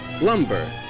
lumber